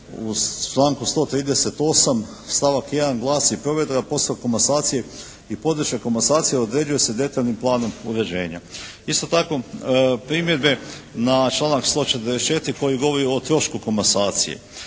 u članku 138. stavak 1. glasi: "Provedba posla komasacija i područne komasacije određuje se detaljnim planom uređenja.". Isto tako, primjedbe na članak 144. koji govori o trošku komasacije.